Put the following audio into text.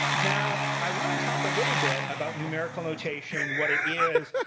now, i want to talk a little bit about numerical notation, what it is,